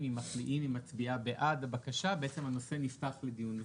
אם היא מצביעה בעד הבקשה, הנושא נפתח לדיון מחדש.